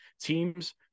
teams